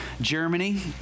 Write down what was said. Germany